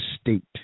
state